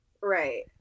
Right